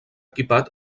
equipat